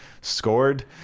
scored